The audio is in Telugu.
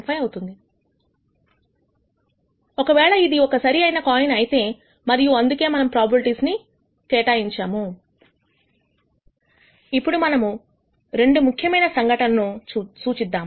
5అవుతుంది ఒకవేళ ఇది ఒక సరి అయిన కాయిన్ అయితే మరియు అందుకే మనము ప్రొబబిలిటీస్ కేటాయించాము ఇప్పుడు మనము రెండు ముఖ్య రకములైన సంఘటనను సూచిద్దాం